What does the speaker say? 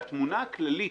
והתמונה הכללית